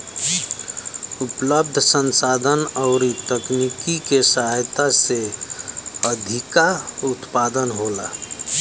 उपलब्ध संसाधन अउरी तकनीकी के सहायता से अधिका उत्पादन होला